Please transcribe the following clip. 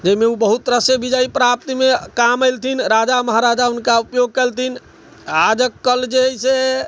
जाहि मे ओ बहुत तरह से विजय प्राप्त मे काम एलथिन राजा महराजा उनका उपयोग केलथिन आ जे कल जे हय से